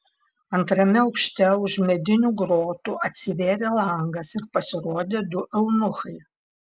antrame aukšte už medinių grotų atsivėrė langas ir pasirodė du eunuchai